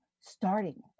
starting